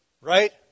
right